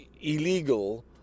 illegal